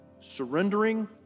surrendering